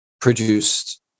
produced